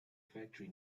factory